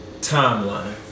Timeline